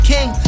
King